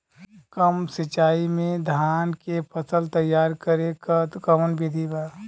कम सिचाई में धान के फसल तैयार करे क कवन बिधि बा?